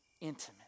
intimate